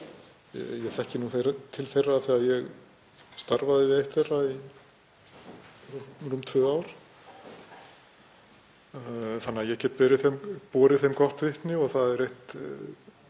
ég þekki til þeirra af því að ég starfaði við eitt þeirra í rúm tvö ár þannig að ég get borið þeim gott vitni. Það er einmitt